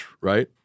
right